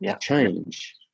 change